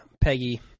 Peggy